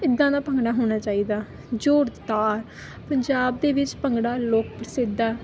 ਇੱਦਾਂ ਦਾ ਭੰਗੜਾ ਹੋਣਾ ਚਾਹੀਦਾ ਜੋ ਤਾਰ ਪੰਜਾਬ ਦੇ ਵਿੱਚ ਭੰਗੜਾ ਲੋਕ ਸਿੱਧਾ